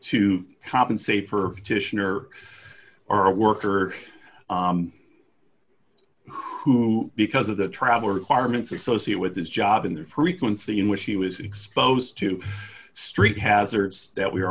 to compensate for tyshan or are a worker who because of the travel requirements associate with his job in the frequency in which he was exposed to street hazards that we are